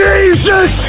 Jesus